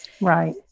Right